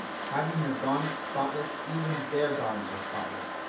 having your garments spotless even as their garments are spotless,